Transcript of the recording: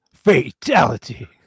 Fatality